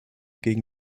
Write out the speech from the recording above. gegen